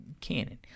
Canon